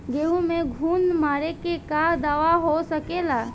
गेहूँ में घुन मारे के का दवा हो सकेला?